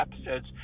episodes